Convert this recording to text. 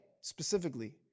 specifically